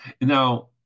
Now